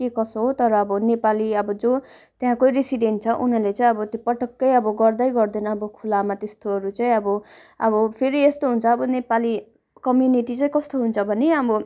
के कसो हो तर अब नेपाली अब जो त्यहाँकै रेसिडेन्ड छ उनीहरूले चाहिँ अब त्यो पटकै अब गर्दै गर्दैन अब खुलामा त्यस्तोहरू चाहिँ अब अब फेरि यस्तो हुन्छ अब नेपाली कम्युनिटी चाहिँ कस्तो हुन्छ भने अब